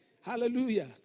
Hallelujah